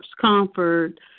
comfort